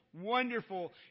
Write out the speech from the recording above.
wonderful